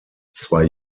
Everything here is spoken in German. zwei